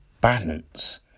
balance